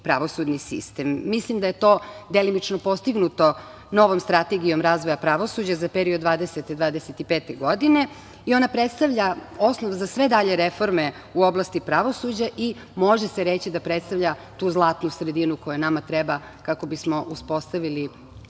pravosudni sistem. Mislim da je to delimično postignuto novom Strategijom razvoja pravosuđa za period 2020/2025. godine i ona predstavlja osnov za sve dalje reforme u oblasti pravosuđa i može se reći da predstavlja tu zlatnu sredinu koja nama treba kako bismo uspostavili